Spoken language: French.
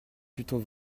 plutôt